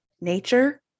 Nature